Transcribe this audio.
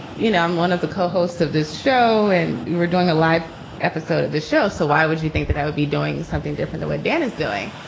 you know, i'm one of the co-hosts of this show. and you were doing a live episode of the show. so why would you think that i would be doing something different the way dan is doing?